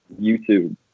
youtube